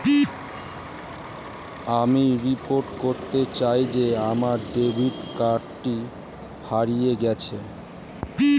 আমি রিপোর্ট করতে চাই যে আমার ডেবিট কার্ডটি হারিয়ে গেছে